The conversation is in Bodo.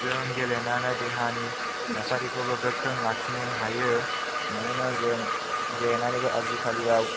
जों गेलेनानै देहानि थासारिखौबो गोख्रों लाखिनो हायो मानोना जों गेलेनानैबो आजिखालिआव